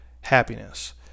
happiness